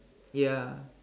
ya